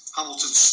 Hamilton